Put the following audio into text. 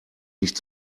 nicht